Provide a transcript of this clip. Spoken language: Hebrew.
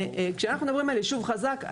כשאנחנו מדברים על ישוב חזק,